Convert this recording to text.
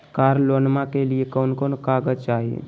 कार लोनमा के लिय कौन कौन कागज चाही?